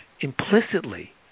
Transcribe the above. implicitly